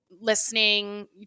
listening